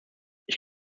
ich